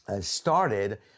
started